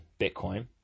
Bitcoin